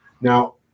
Now